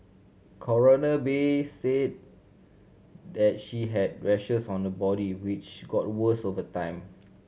Coroner Bay said that she had rashes on her body which got worse over time